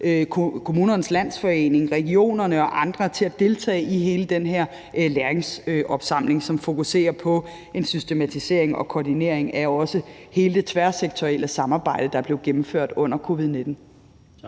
Kommunernes Landsforening, regionerne og andre til at deltage i hele den her læringsopsamling, som fokuserer på en systematisering og koordinering af også hele det tværsektorielle samarbejde, der blev gennemført under